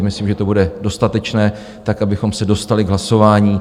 Myslím, že to bude dostatečné tak, abychom se dostali k hlasování.